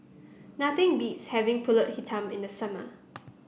nothing beats having pulut Hitam in the summer